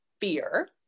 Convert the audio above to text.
fear